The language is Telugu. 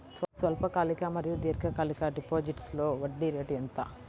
స్వల్పకాలిక మరియు దీర్ఘకాలిక డిపోజిట్స్లో వడ్డీ రేటు ఎంత?